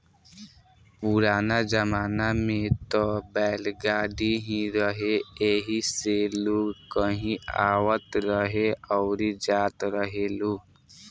पुराना जमाना में त बैलगाड़ी ही रहे एही से लोग कहीं आवत रहे अउरी जात रहेलो